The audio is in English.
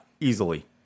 Easily